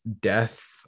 death